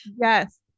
Yes